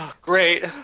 Great